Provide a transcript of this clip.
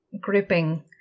gripping